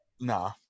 nah